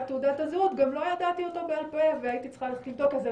תעודת הזהות גם לא ידעתי אותו בעל פה והייתי צריכה ללכת לבדוק את זה.